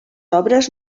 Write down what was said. obres